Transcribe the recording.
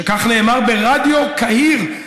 כך נאמר ברדיו קהיר,